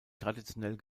traditionell